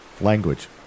language